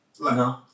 No